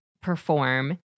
perform